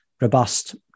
robust